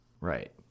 Right